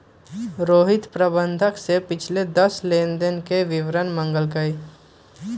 रोहित प्रबंधक से पिछले दस लेनदेन के विवरण मांगल कई